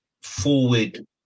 forward